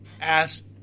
asked